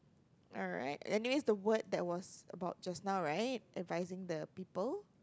alright anyways the word that was about just now right advising the people